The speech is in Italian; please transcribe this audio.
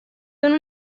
sono